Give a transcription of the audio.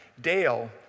Dale